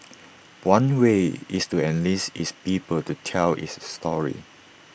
one way is to enlist its people to tell its story